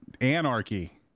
anarchy